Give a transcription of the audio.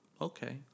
Okay